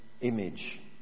image